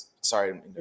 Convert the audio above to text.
Sorry